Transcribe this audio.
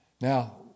Now